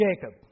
Jacob